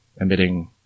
emitting